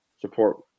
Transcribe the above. support